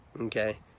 okay